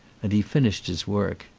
and he finished his work.